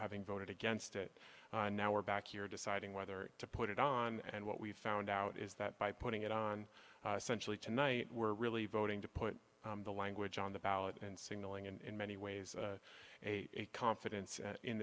having voted against it and now we're back here deciding whether to put it on and what we've found out is that by putting it on centrally tonight we're really voting to put the language on the ballot and signaling in many ways a confidence in